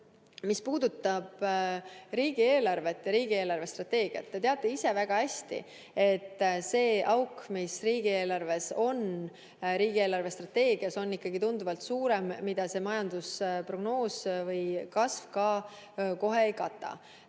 mis puudutab riigieelarvet ja riigi eelarvestrateegiat. Te teate ise väga hästi, et see auk, mis on riigi eelarvestrateegias, on ikkagi tunduvalt suurem, st selline, mida see majandusprognoos või -kasv kohe ei kata.